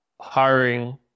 hiring